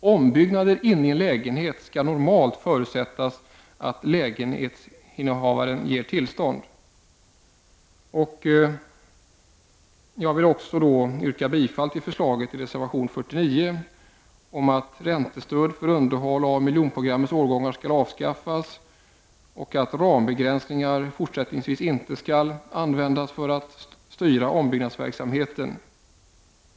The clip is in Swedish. Ombyggnader inne i en lägenhet förutsätter normalt att lägenhetsinnehavaren ger tillstånd. Jag vill också yrka bifall till förslaget i reservation nr 49 om att räntestöd för underhåll av miljonprogrammets årgångar skall avskaffas och att rambegränsningar fortsättningsvis inte skall användas för att styra ombyggnadsverksamheten.